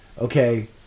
okay